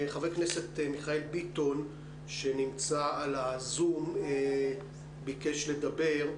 חבר הכנסת מיכאל ביטון נמצא על הזום והוא ביקש לדבר.